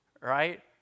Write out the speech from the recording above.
right